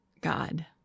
God